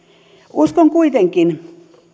uskon kuitenkin